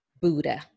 Buddha